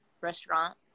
restaurant